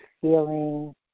feeling